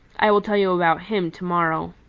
i will tell you about him to-morrow.